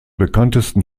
bekanntesten